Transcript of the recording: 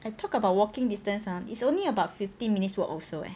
I took about walking distance ah is only about fifteen minutes walk also leh